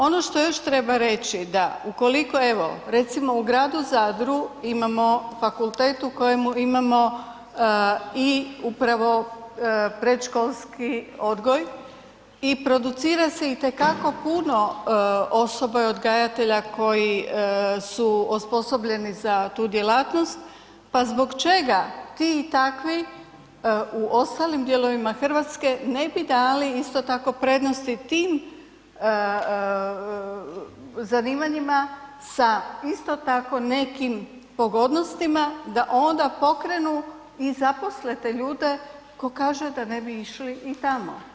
Ono što još treba reći da ukoliko, evo recimo u gradu Zadru imamo fakultet u kojemu imamo i upravo predškolski odgoj i producira se itekako puno osoba i odgajatelja koji su osposobljeni za tu djelatnost, pa zbog čega ti i takvi u ostalim dijelovima RH ne bi dali isto tako prednosti tim zanimanjima sa isto tako nekim pogodnostima da onda pokrenu i zaposle te ljude ko kaže da ne bi išli i tamo.